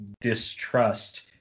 distrust